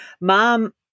mom